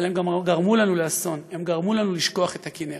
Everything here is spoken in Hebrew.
אבל הם גם גרמו לנו לאסון: הם גרמו לנו לשכוח את הכינרת.